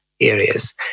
areas